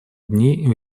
дней